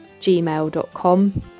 gmail.com